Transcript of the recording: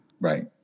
Right